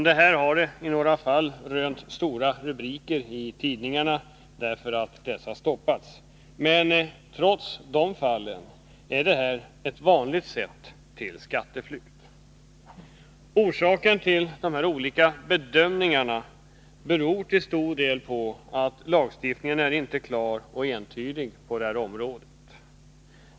Det har i några fall rönt stora rubriker i tidningarna när någon har stoppats. Men trots de fallen är det här en vanlig väg till skatteflykt. Orsaken till att det görs olika bedömningar i olika fall är till stor del att lagstiftningen inte är klar och entydig på detta område.